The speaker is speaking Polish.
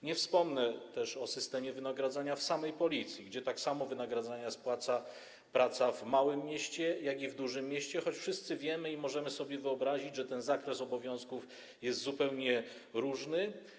Nie wspomnę też o systemie wynagradzania w samej Policji, gdzie tak samo wynagradzana jest praca w małym mieście, jak i praca w dużym mieście, choć wszyscy wiemy i możemy sobie wyobrazić, że zakres obowiązków jest różny.